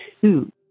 two